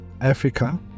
Africa